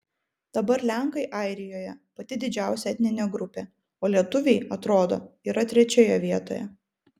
dabar lenkai airijoje pati didžiausia etninė grupė o lietuviai atrodo yra trečioje vietoje